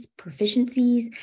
proficiencies